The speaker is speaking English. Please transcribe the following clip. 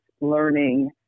learning